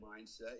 mindset